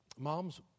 Moms